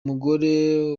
mugore